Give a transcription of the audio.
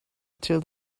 till